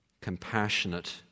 compassionate